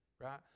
right